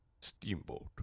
Steamboat